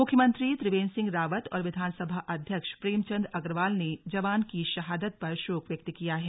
मुख्यमंत्री त्रिवेन्द्र सिंह रावत और विधानसभा अध्यक्ष प्रेमचंद अग्रवाल ने जवान की शहादत पर शोक व्यक्त किया है